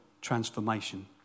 transformation